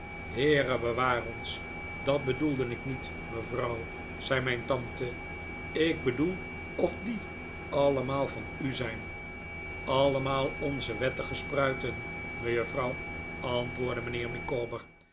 heere bewaar ons dat bedoelde ik niet mevrouw zei mijn tante ik bedoel of die allemaal vanu zijn allemaal onze wettige spruiten mejuffrouw antwoordde mijnheer micawber